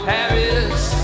Paris